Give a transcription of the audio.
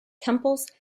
temples